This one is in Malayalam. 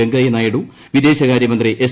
വെങ്കയ്യനായിഡു വിദേശകാര്യ മന്ത്രി എസ്